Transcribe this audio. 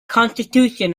constitution